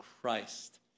Christ